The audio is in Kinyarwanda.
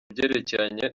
byerekeranye